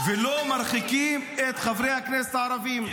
זה לא בגלל שאתה ערבי,